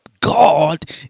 God